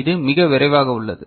அது மிக விரைவாக உள்ளது